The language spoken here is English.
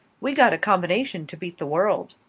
we got a combination to beat the world.